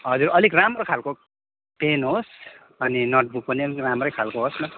हजुर अलिक राम्रो खालको पेन होस् अनि नोटबुक पनि अलिक राम्रै खालको होस् न